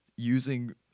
using